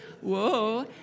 whoa